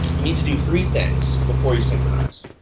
you need to do three things before you synchronize.